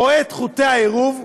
רואה את חוטי העירוב,